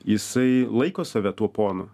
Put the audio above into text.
jisai laiko save tuo ponu